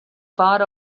part